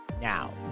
now